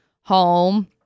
home